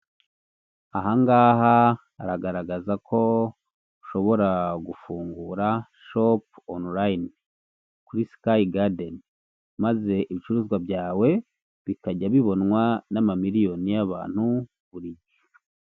Ahangaha haragaragaza ko ushobora gufungura shopu onulayini, kuri skayi gadeni. Maze ibicuruzwa byawe bikajya bibonwa n'amamiliyoni y'abantu.